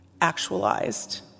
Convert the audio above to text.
actualized